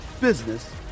business